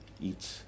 eat